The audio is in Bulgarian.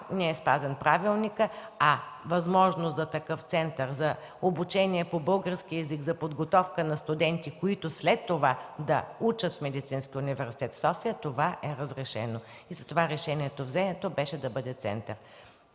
не е спазен правилникът. Възможност за такъв център за обучение по български език, за подготовка на студенти, които след това да учат в Медицинския университет – София, това е разрешено и взетото решение беше да бъде център.